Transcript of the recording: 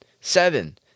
seven